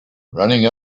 running